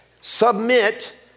Submit